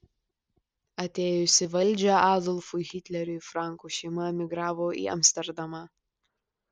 atėjus į valdžią adolfui hitleriui frankų šeima emigravo į amsterdamą